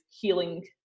healing